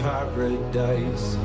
Paradise